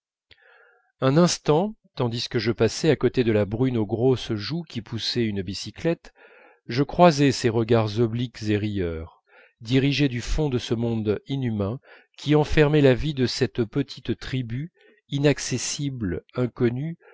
un instant tandis que je passais à côté de la brune aux grosses joues qui poussait une bicyclette je croisai ses regards obliques et rieurs dirigés du fond de ce monde inhumain qui enfermait la vie de cette petite tribu inaccessible inconnu